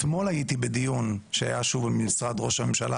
אתמול הייתי בדיון שהיה שוב עם משרד ראש הממשלה,